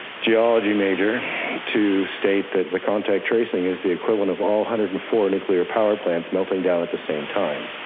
geology major to state that the contact tracing is the equivalent of all one hundred and four nuclear power plants melting down at the same time.